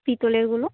পিতলেরগুলো